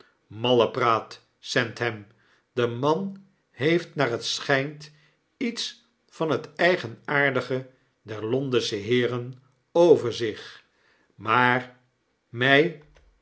schop mallepraat sandham de man heeft naar het schjjnt iets van het eigenaardige der londensche heeren over zich maar mg